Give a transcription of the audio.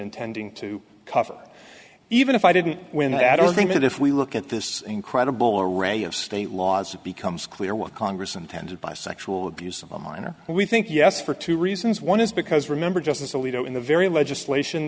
intending to cover even if i didn't win that i don't think that if we look at this incredible array of state laws it becomes clear what congress intended by sexual abuse of a minor we think yes for two reasons one is because remember justice alito in the very legislation